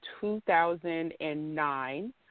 2009